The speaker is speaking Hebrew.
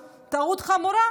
זו טעות חמורה.